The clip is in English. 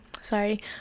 sorry